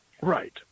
Right